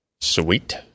Sweet